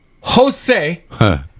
Jose